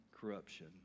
corruption